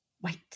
White